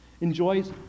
enjoys